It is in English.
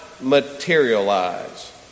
materialize